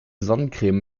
sonnencreme